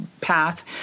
path